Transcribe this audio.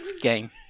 game